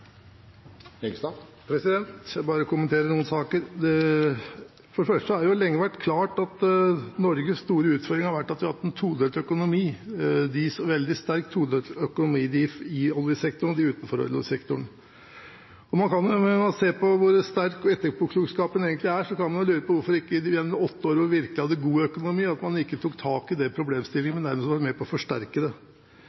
Jeg vil bare kommentere noen saker. For det første har det lenge vært klart at Norges store utfordring har vært at vi har hatt en todelt økonomi, veldig sterkt todelt økonomi: de i oljesektoren og de utenfor oljesektoren. Når man ser hvor sterk etterpåklokskapen egentlig er, kan man jo lure på hvorfor man ikke gjennom åtte år da vi virkelig hadde god økonomi, tok tak i den problemstillingen,